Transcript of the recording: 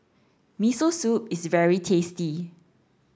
Miso Soup is very tasty